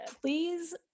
Please